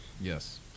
yes